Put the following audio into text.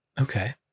Okay